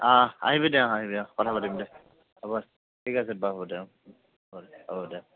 অহ আহিবি দে আহিব অ কথা পাতিম দে হ'ব ঠিক আছে বাৰু হ'ব দে অ হ'ব দে